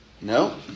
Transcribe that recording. No